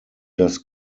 das